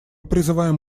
призываем